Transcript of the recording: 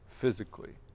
physically